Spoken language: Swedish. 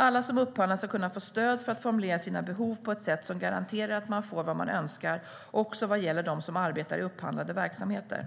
Alla som upphandlar ska kunna få stöd för att formulera sina behov på ett sätt som garanterar att man får vad man önskar också vad gäller dem som arbetar i upphandlade verksamheter.